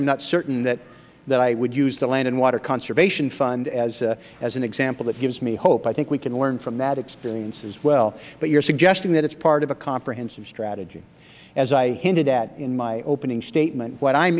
am not certain that i would use the land and water conservation fund as an example that gives me hope i think we can learn from that experience as well but you are suggesting that it is part of a comprehensive strategy as i hinted at in my opening statement what i